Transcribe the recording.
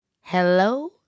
Hello